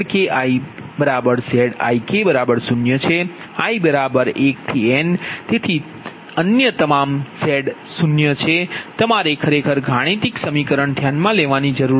n તેથી અન્ય તમામ Z's 0 છે તમારે ખરેખર ગાણિતિક સમીકરણ ધ્યાનમાં લેવાની જરૂર નથી